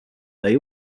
they